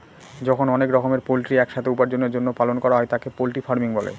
যখন অনেক রকমের পোল্ট্রি এক সাথে উপার্জনের জন্য পালন করা হয় তাকে পোল্ট্রি ফার্মিং বলে